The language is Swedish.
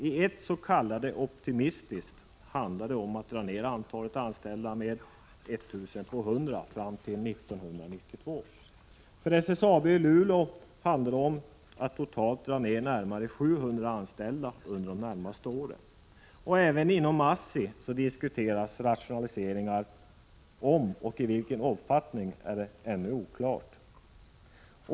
I ett s.k. optimistiskt alternativ handlar det om att dra ner antalet anställda med 1 200 fram till 1992. För SSAB i Luleå handlar det om att totalt dra ner antalet anställda med närmare 700 under de närmaste åren. Även inom ASSI diskuteras rationaliseringar, om och i vilken omfattning är ännu oklart.